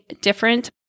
different